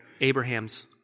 Abraham's